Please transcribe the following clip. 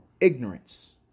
ignorance